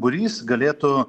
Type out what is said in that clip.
būrys galėtų